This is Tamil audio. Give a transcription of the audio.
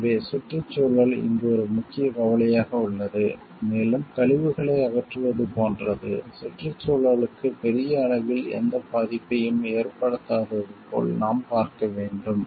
எனவே சுற்றுச்சூழல் இங்கு ஒரு முக்கிய கவலையாக உள்ளது மேலும் கழிவுகளை அகற்றுவது போன்றது சுற்றுச்சூழலுக்கு பெரிய அளவில் எந்த பாதிப்பையும் ஏற்படுத்தாதது போல் நாம் பார்க்க வேண்டும்